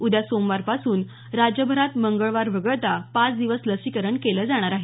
उद्या सोमवारपासून राज्यभरात मंगळवार वगळता पाच दिवस लसीकरण केलं जाणार आहे